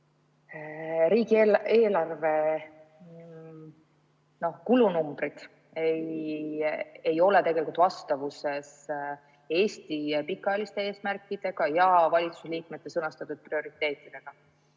riigieelarve kulunumbrid ei ole vastavuses Eesti pikaajaliste eesmärkidega ja valitsusliikmete sõnastatud prioriteetidega.